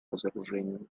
разоружению